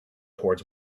towards